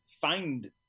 find